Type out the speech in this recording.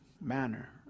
manner